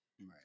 Right